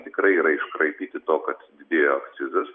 tikrai yra iškraipyti to kad didėjo akcizas